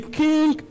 king